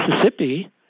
Mississippi